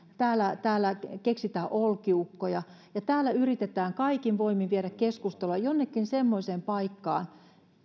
täällä keksitään olkiukkoja ja täällä yritetään kaikin voimin viedä keskustelua jonnekin semmoiseen paikkaan